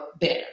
better